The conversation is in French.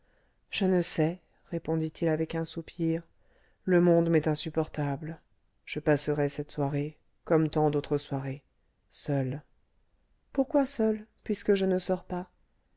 je ne sais répondit-il avec un soupir le monde m'est insupportable je passerai cette soirée comme tant d'autres soirées seul pourquoi seul puisque je ne sors pas